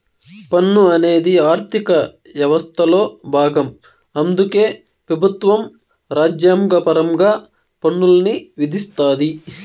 పన్ను అనేది ఆర్థిక యవస్థలో బాగం అందుకే పెబుత్వం రాజ్యాంగపరంగా పన్నుల్ని విధిస్తాది